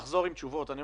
בגיל